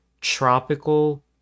tropical